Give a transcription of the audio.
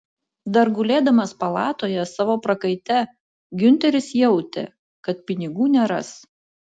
dar gulėdamas palatoje savo prakaite giunteris jautė kad pinigų neras